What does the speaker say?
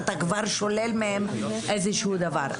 אתה כבר שולל מהם איזשהו דבר.